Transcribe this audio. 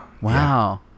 Wow